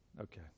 Okay